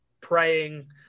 praying